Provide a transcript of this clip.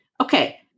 Okay